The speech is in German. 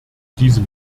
diesem